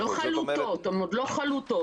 הן עוד לא חלוטות.